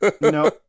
No